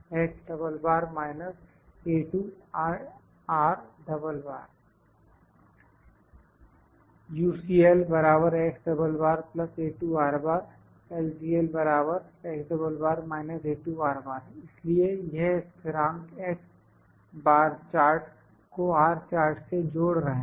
UCL LCL इसलिए यह स्थिरांक x बार चार्ट को R चार्ट से जोड़ रहे हैं